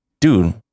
dude